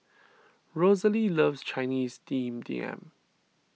Rosalie loves Chinese Steamed Yam